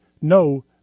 no